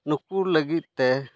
ᱱᱩᱠᱩ ᱞᱟᱹᱜᱤᱫ ᱛᱮ